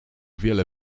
wiele